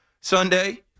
Sunday